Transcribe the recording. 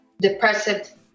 depressive